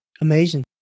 Amazing